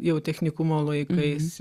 jau technikumo laikais